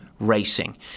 racing